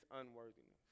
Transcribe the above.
unworthiness